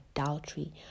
adultery